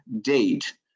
date